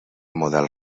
model